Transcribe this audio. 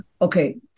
Okay